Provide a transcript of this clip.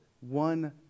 one